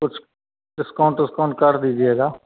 कुछ डिस्काउंट उस्काउंट कर दीजिएगा